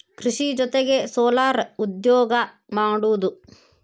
ಕೃಷಿ ಜೊತಿಗೆ ಸೊಲಾರ್ ಉದ್ಯೋಗಾ ಮಾಡುದು